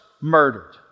murdered